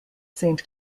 saint